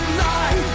lie